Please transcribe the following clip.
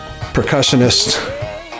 percussionist